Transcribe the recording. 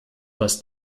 was